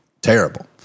Terrible